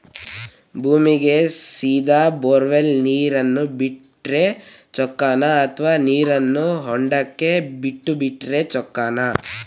ಭೂಮಿಗೆ ಸೇದಾ ಬೊರ್ವೆಲ್ ನೇರು ಬಿಟ್ಟರೆ ಚೊಕ್ಕನ ಅಥವಾ ನೇರನ್ನು ಹೊಂಡಕ್ಕೆ ಬಿಟ್ಟು ಬಿಟ್ಟರೆ ಚೊಕ್ಕನ?